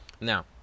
Now